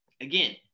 Again